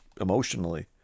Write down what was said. emotionally